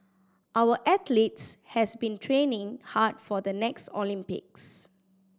our athletes has been training hard for the next Olympics